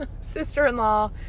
Sister-in-law